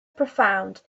profound